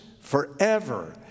forever